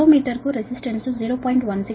kilo metre కు resistance 0